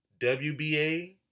WBA